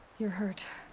you're hurt.